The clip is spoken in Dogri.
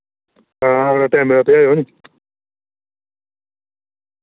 हां अगलै टैमे दा पजाओ नि